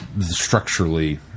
structurally